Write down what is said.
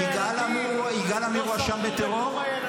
יגאל עמיר הואשם בטרור?